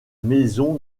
maison